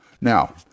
Now